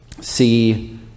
see